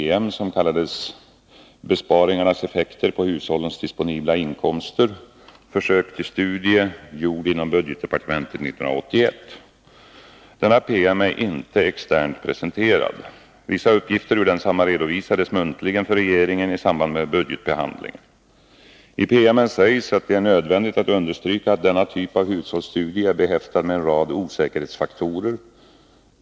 Denna PM är inte externt presenterad. Vissa uppgifter ur densamma redovisades muntligen för regeringen i samband med budgetbehandlingen. I PM:en sägs att det är nödvändigt att understryka att denna typ av hushållsstudie är behäftad med en rad osäkerhetsfaktorer.